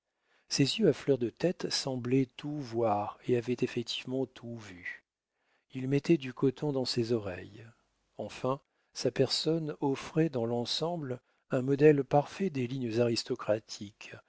ses yeux à fleur de tête semblaient tout voir et avaient effectivement tout vu il mettait du coton dans ses oreilles enfin sa personne offrait dans l'ensemble un modèle parfait des lignes aristocratiques